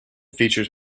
features